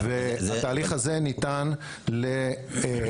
התהליך הזה ניתן לפישוט.